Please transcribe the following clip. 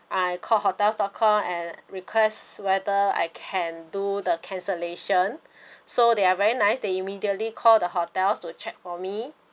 I called hotels dot com and request whether I can do the cancellation so they are very nice they immediately call the hotels to check for me